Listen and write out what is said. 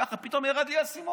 ככה, פתאום ירד לי האסימון.